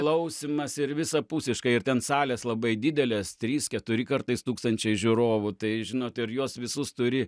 klausymas ir visapusiškai ir ten salės labai didelės trys keturi kartais tūkstančiai žiūrovų tai žinot ir juos visus turi